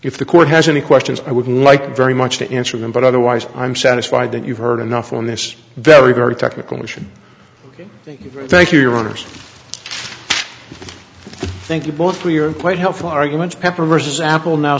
if the court has any questions i would like very much to answer them but otherwise i'm satisfied that you've heard enough on this very very technical mission thank you your honors thank you both for your quite helpful arguments pepper versus apple now